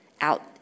out